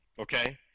okay